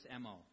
MO